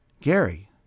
Gary